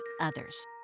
others